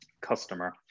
customer